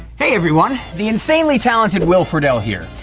hey everyone, the insanely talented will friedle here.